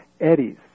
Eddie's